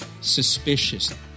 suspicious